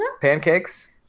pancakes